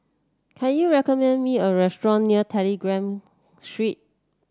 can you recommend me a restaurant near Telegraph Street